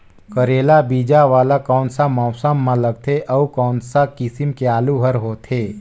करेला बीजा वाला कोन सा मौसम म लगथे अउ कोन सा किसम के आलू हर होथे?